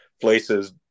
places